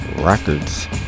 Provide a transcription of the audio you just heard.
Records